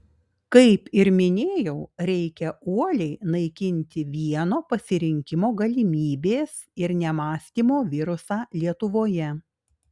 kaip ir minėjau reikia uoliai naikinti vieno pasirinkimo galimybės ir nemąstymo virusą lietuvoje